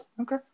Okay